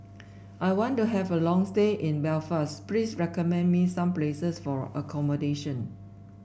I want to have a long stay in Belfast please recommend me some places for accommodation